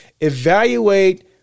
Evaluate